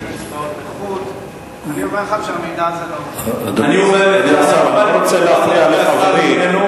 הגדילה היא 5.8%,